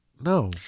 No